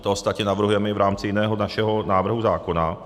To ostatně navrhujeme i v rámci jiného našeho návrhu zákona.